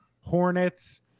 Hornets